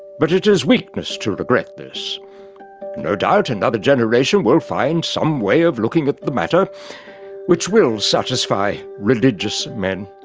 but it is weakness to regret this, and no doubt another generation will find some way of looking at the matter which will satisfy religious men.